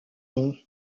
nom